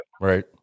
Right